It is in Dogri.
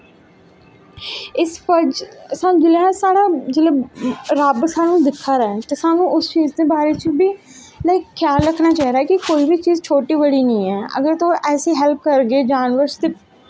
जिसलै साढ़ा जिसलै रब्ब स्हानू दिक्खा दा ऐ ते स्हानू उस चीज़ दे बारे च बी ख्याल रक्खना चाही दा ऐ कि कोई बी चीज़ छोटी बड़ी नी ऐ अगर तुस ऐसी हैल्प करगे जानवर दी